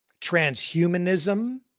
transhumanism